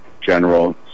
General